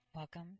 Welcome